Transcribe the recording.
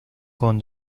con